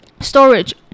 Storage